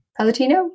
Palatino